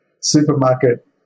supermarket